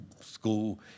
school